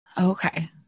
Okay